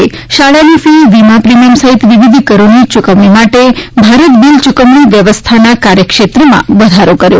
એ શાળાની ફી વીમા પ્રિમીયમ સહિત વિવિધ કરોની ચૂકવણી માટે ભારત બિલ ચૂકવણી વ્યવસ્થાના કાર્યક્ષેત્રમાં વધારો કર્યો